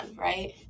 right